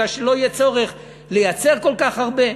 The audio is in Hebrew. כי לא יהיה צורך לייצר כל כך הרבה.